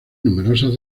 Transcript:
numerosas